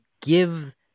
give